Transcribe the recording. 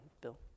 Bill